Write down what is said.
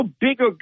bigger